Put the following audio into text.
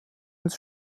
als